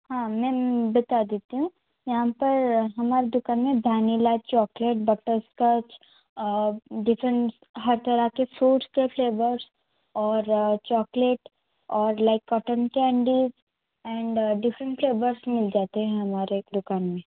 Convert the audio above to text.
हाँ मैम बता देती हूँ यहाँ पर हमारी दुकान में वानिला चॉकलेट बटरस्कॉच डिफरेंट हर तरह के फ्रूट के फ्लेवर्स और चॉकलेट और like cotton candy and different flavours मिल जाते हैं हमारे दुकान में